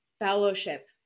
fellowship